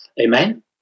Amen